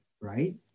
right